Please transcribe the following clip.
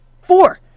Four